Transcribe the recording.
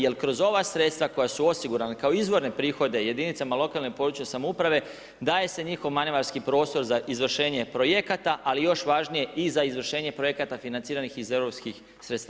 Jer kroz ova sredstva koja su osigurana kao izvorni prihodi jedinicama lokalne i područne samouprave daje se njihov manevarski prostor za izvršenje projekata ali još važnije i za izvršenje projekata financiranih iz europskih sredstava.